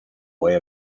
way